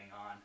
on